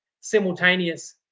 simultaneous